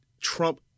Trump